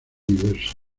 universo